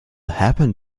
happen